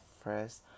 first